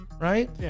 Right